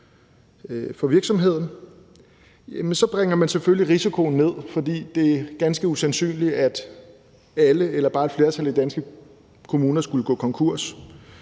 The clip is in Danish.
for virksomheden – bringer man selvfølgelig risikoen ned, fordi det er ganske usandsynligt, at alle eller bare et flertal af danske kommuner skulle gå konkurs.